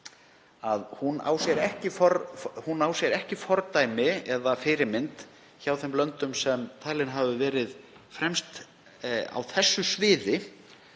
á sér ekki fordæmi eða fyrirmynd í þeim löndum sem eru talin hafa verið fremst á þessu sviði.